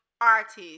artist